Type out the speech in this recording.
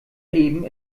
leben